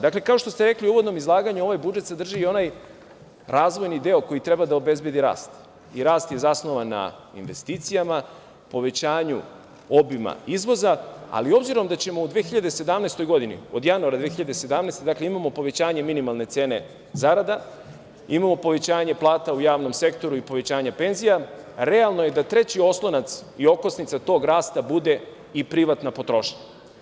Dakle, kao što ste rekli u uvodnom izlaganju, ovaj budžet sadrži i onaj razvojni deo koji treba da obezbedi rast i rast je zasnovan na investicijama, povećanju obima izvoza, ali obzirom da ćemo u 2017. godini, od januara 2017. godine, dakle, imamo povećanje minimalne cene zarada, imamo povećanje plata u javnom sektoru i povećanje penzija, realno je da treći oslonac i okosnica tog rasta bude i privatna potrošnja.